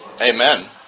Amen